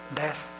death